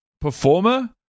performer